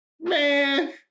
man